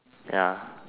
ya